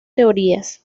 teorías